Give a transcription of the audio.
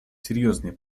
серьезные